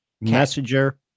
Messenger